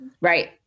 right